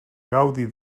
gaudi